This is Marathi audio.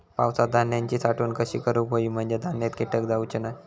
पावसात धान्यांची साठवण कशी करूक होई म्हंजे धान्यात कीटक जाउचे नाय?